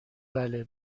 بله